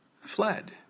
fled